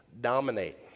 Dominate